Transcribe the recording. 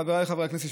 חבריי חברי הכנסת,